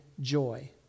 joy